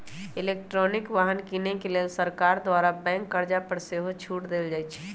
electric वाहन किने के लेल सरकार द्वारा बैंक कर्जा पर सेहो छूट देल जाइ छइ